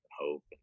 hope